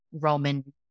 Roman